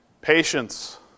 patience